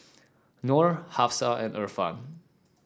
Nor Hafsa and Irfan